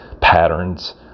patterns